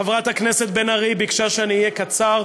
חברת הכנסת בן ארי ביקשה שאני אהיה קצר,